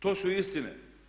To su istine.